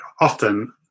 often